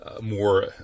more